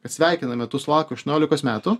kad sveikiname tu sulaukei aštuoniolikos metų